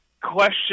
question